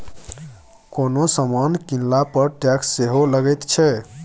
कोनो समान कीनला पर टैक्स सेहो लगैत छै